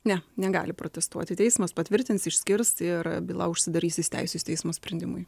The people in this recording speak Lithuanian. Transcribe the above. ne negali protestuoti teismas patvirtins išskirs ir byla užsidarys įsiteisėjus teismo sprendimui